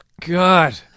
God